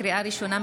לקריאה ראשונה,